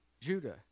Judah